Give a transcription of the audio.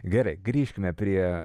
gerai grįžkime prie